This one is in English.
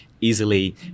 easily